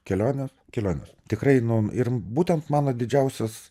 kelionės kelionės tikrai nu ir būtent mano didžiausias